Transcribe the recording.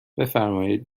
بفرمایید